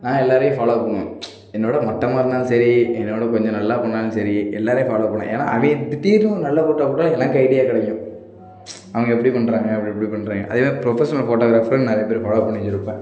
நான் எல்லாரையும் ஃபாலோ பண்ணுவேன் என்னோட மட்டமாக இருந்தாலும் சரி என்னோடய கொஞ்சம் நல்லா பண்ணாலும் சரி எல்லாரையும் ஃபாலோ பண்ணுவேன் ஏன்னா அவன் திடீர்னு ஒரு நல்ல ஃபோட்டோ போட்டால் எனக்கு ஐடியா கிடைக்கும் அவங்க எப்படி பண்ணுறாங்க எப்டெப்படி பண்ணுறாங்க அதே மாதிரி ஃப்ரொபஷனல் ஃபோட்டோகிராஃபர் நிறைய பேர் ஃபாலோ பண்ணி வச்சிருப்பேன்